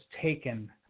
taken